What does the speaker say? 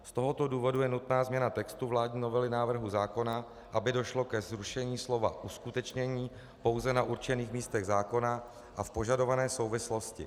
Z tohoto důvodu je nutná změna textu vládní novely návrhu zákona, aby došlo ke zrušení slova uskutečnění pouze na určených místech zákona a v požadované souvislosti.